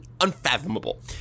Unfathomable